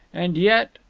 and yet,